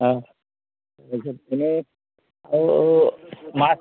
অঁ এনেই আৰু মাছ